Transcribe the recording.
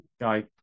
guy